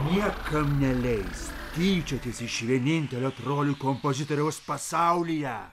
niekam neleis tyčiotis iš vienintelio trolių kompozitoriaus pasaulyje